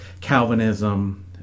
calvinism